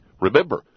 Remember